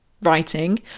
writing